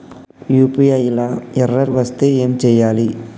UPI లా error వస్తే ఏం చేయాలి?